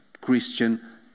Christian